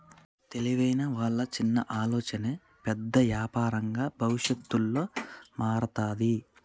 తెలివైన వాళ్ళ చిన్న ఆలోచనే పెద్ద యాపారంగా భవిష్యత్తులో మారతాది